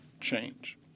change